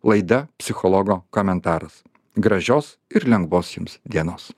laida psichologo komentaras gražios ir lengvos jums dienos